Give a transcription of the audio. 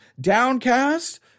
Downcast